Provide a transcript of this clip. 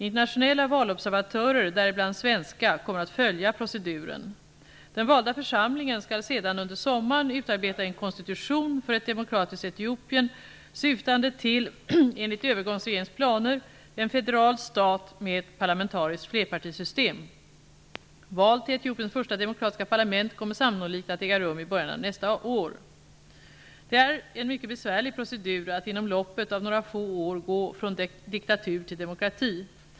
Internationella valobservatörer -- däribland svenska -- kommer att följa proceduren. Den valda församlingen skall sedan under sommaren utarbeta en konstitution för ett demokratiskt Etiopien, syftande till, enligt övergångsregeringens planer, en federal stat med ett parlamentariskt flerpartisystem. Val till Etiopiens första demokratiska parlament kommer sannolikt att äga rum i början av nästa år. Det är en mycket besvärlig procedur att inom loppet av några få år gå från diktatur till demokrati.